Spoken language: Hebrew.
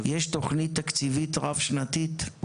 האם יש תוכנית תקציבית רב-שנתית?